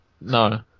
No